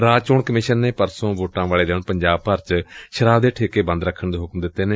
ਰਾਜ ਚੋਣ ਕਮਿਸ਼ਨ ਨੇ ਪਰਸੋਂ ਵੋਟਾਂ ਵਾਲੇ ਦਿਨ ਪੰਜਾਬ ਭਰ ਚ ਸ਼ਰਾਬ ਦੇ ਠੇਕੇ ਬੰਦ ਰੱਖਣ ਦੇ ਹੁਕਮ ਦਿੱਤੇ ਨੇ